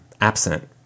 absent